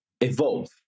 evolve